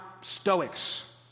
Stoics